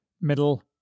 middle